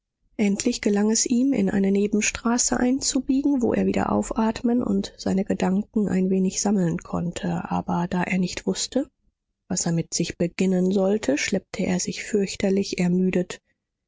endlich gelang es ihm in eine nebenstraße einzubiegen wo er wieder aufatmen und seine gedanken ein wenig sammeln konnte aber da er nicht wußte was er mit sich beginnen sollte schleppte er sich fürchterlich ermüdet